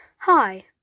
hi